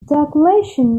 diocletian